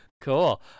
Cool